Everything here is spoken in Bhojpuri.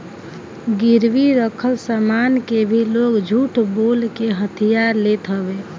गिरवी रखल सामान के भी लोग झूठ बोल के हथिया लेत हवे